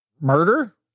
murder